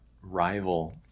rival